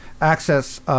access